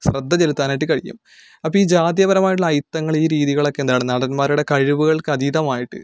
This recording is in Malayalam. ശ്രദ്ധ ചെലുത്താനായിട്ട് കഴിഞ്ഞു അപ്പോൾ ഈ ജാതീയപരമായിട്ടുള്ള അയിത്തങ്ങൾ ഈ രീതികളൊക്കെ എന്താണ് നടന്മാരുടെ കഴിവുകൾക്ക് അതീതമായിട്ട്